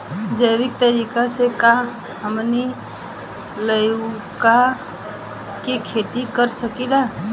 जैविक तरीका से का हमनी लउका के खेती कर सकीला?